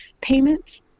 payments